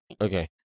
okay